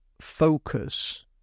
focus